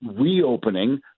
reopening